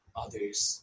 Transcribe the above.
others